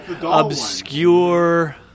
obscure